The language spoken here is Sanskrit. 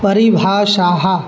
परिभाषाः